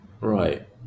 right